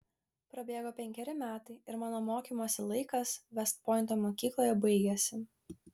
prabėgo penkeri metai ir mano mokymosi laikas vest pointo mokykloje baigėsi